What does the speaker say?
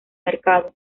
mercado